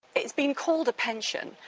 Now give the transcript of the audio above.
it's been called a pension,